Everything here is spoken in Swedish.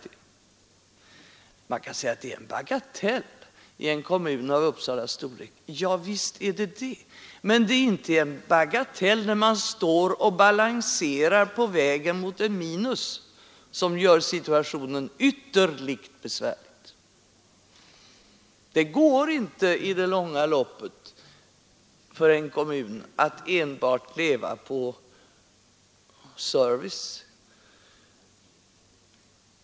Man kan säga att det är en bagatell i en kommun av Uppsalas storlek. Ja, visst är det det! Men det är inte en bagatell, när man står och balanserar på vägen mot ett minus vilket gör situationen ytterligt besvärlig. Det går inte för en kommun att i det långa loppet enbart leva på service.